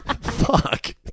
Fuck